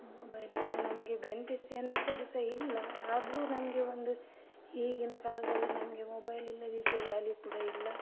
ಮೊಬೈಲ್ನಿಂದ ನಮಗೆ ಬೆನಿಫಿಟ್ಸ್ ಎಂಥದ್ದು ಸಹ ಇಲ್ಲ ಆದರು ನಮಗೆ ಒಂದು ಈಗಿನ ಕಾಲದಲ್ಲಿ ನಮಗೆ ಮೊಬೈಲ್ ಇಲ್ಲದಿದ್ದರೆ ವ್ಯಾಲ್ಯೂ ಕೂಡ ಇಲ್ಲ